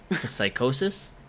Psychosis